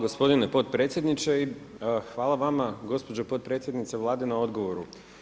gospodine potpredsjedniče i hvala vama gospođo potpredsjednice Vlade na odgovoru.